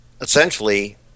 essentially